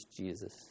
Jesus